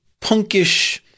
punkish